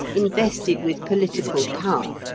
invested with political power,